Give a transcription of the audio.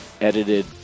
edited